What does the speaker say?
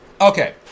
Okay